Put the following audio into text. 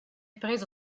preso